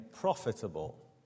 profitable